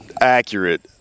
accurate